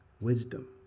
Wisdom